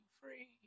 free